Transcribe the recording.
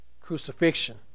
crucifixion